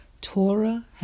Torah